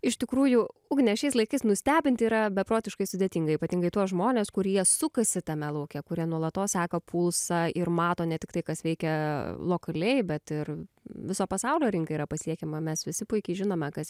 iš tikrųjų ugne šiais laikais nustebinti yra beprotiškai sudėtinga ypatingai tuos žmones kurie sukasi tame lauke kurie nuolatos seka pulsą ir mato ne tik tai kas veikia lokaliai bet ir viso pasaulio rinka yra pasiekiama mes visi puikiai žinome kas